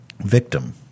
victim